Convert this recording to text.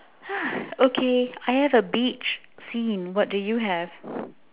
okay I have a beach scene what do you have